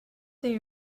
they